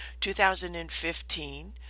2015